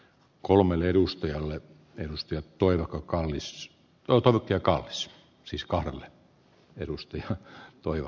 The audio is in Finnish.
kolmelle edustajalle tehostettua joko kallis joutunut ja kaks siis kahdelle ravintoloissa ei